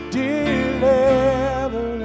deliver